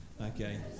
okay